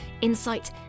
insight